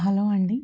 hello అండి